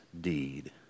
deed